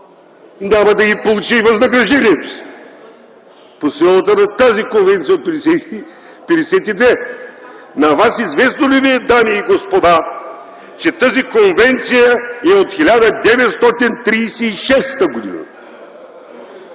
няма да получа и възнаграждението си по силата на Конвенция 52. На вас известно ли ви е, дами и господа, че тази конвенция е от 1936 г.?